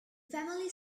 family